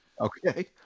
Okay